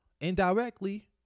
indirectly